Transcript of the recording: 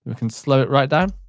can slow it right down.